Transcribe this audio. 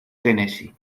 tennessee